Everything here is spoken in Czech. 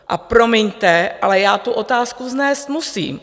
A promiňte, ale já tu otázku vznést musím.